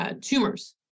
Tumors